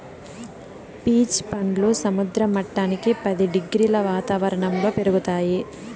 peach పండ్లు సముద్ర మట్టానికి పది డిగ్రీల వాతావరణంలో పెరుగుతాయి